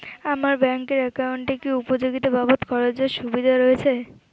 আমার ব্যাংক এর একাউন্টে কি উপযোগিতা বাবদ খরচের সুবিধা রয়েছে?